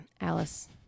Alice